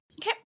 Okay